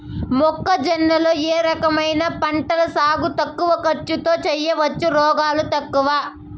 మొక్కజొన్న లో ఏ రకమైన పంటల సాగు తక్కువ ఖర్చుతో చేయచ్చు, రోగాలు తక్కువ?